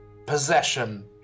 Possession